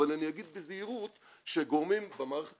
אבל אני אגיד בזהירות שגורמים בתוך